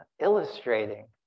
Illustrating